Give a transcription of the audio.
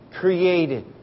created